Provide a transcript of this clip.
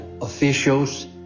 officials